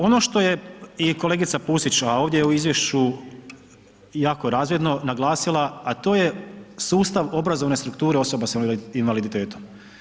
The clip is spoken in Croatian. Ono što je i kolega Pusić a ovdje u izvješću jako razvidno naglasila, a to je sustav obrazovne strukture osoba sa invaliditetom.